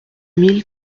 mille